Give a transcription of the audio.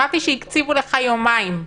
שמעתי שהקציבו לך יומיים.